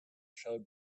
showed